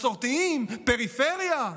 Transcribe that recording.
מסורתיים, פריפריה.